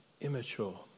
immature